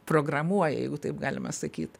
programuoja jeigu taip galima sakyt